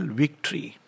victory